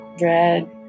Red